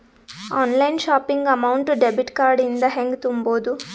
Online shopping amount debit card ಇಂದ ಹೆಂಗ್ ತುಂಬೊದು?